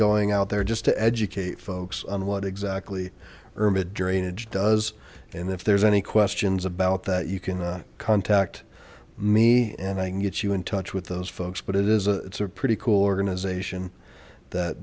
going out there just to educate folks on what exactly hermit drainage does and if there's any questions about that you can contact me and i can get you in touch with those folks but it is a it's a pretty cool organization that